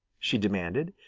she demanded.